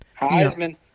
Heisman